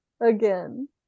again